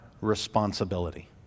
responsibility